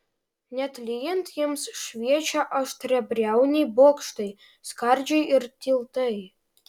net lyjant jiems šviečia aštriabriauniai bokštai skardžiai ir tiltai